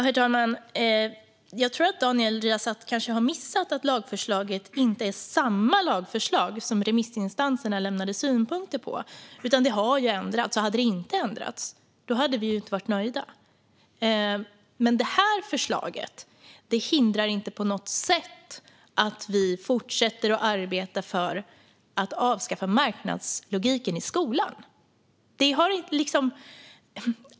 Herr talman! Jag tror att Daniel Riazat kanske har missat att lagförslaget inte är detsamma som det lagförslag som remissinstanserna lämnade synpunkter på. Det har ändrats. Hade det inte ändrats hade vi inte varit nöjda. Det här förslaget hindrar dock inte på något sätt att vi fortsätter arbeta för att avskaffa marknadslogiken i skolan.